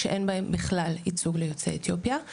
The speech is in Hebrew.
שאין בהן בכלל ייצוג ליוצאי אתיופיה.